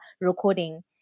recording